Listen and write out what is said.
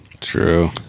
True